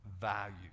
value